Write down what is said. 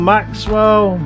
Maxwell